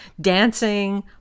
dancing